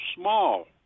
small